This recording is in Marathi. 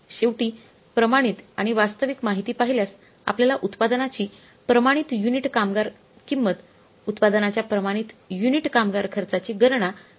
शेवटी प्रमाणित आणि वास्तविक माहिती पाहिल्यास आपल्याला उत्पादनाची प्रमाणित युनिट कामगार किंमत उत्पादनाच्या प्रमाणित युनिट कामगार खर्चाची गणना करणे आवश्यक आहे